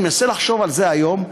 אני מנסה לחשוב על זה היום.